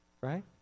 Right